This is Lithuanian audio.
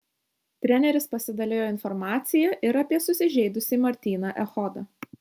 treneris pasidalijo informacija ir apie susižeidusį martyną echodą